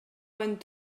went